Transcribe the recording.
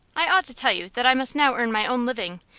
i ought to tell you that i must now earn my own living,